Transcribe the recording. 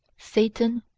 satan,